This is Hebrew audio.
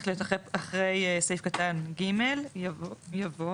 אחרי סעיף קטן (ג) יבוא,